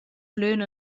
flöhen